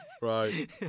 Right